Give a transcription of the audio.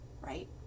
right